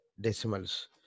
decimals